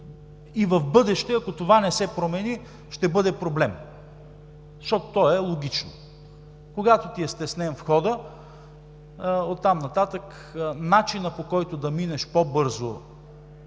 в бъдеще, ако това не се промени, ще бъде проблем, защото то е логично. Когато ти е стеснен входът, оттам нататък начинът, по който да минеш по-бързо